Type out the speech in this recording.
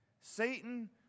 Satan